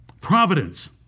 Providence